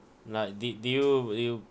like did you you